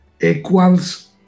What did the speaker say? equals